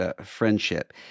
friendship